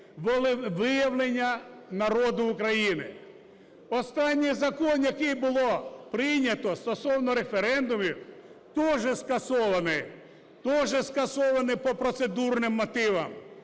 волевиявлення народу України. Останній закон, який було прийнято стосовно референдумів, теж скасований. Теж скасований по процедурним мотивам.